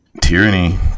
tyranny